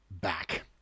back